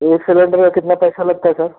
एक सिलेंडर का कितना पैसा लगता है सर